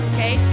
Okay